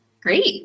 Great